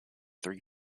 three